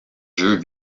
jeux